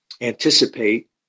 anticipate